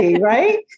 Right